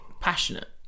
passionate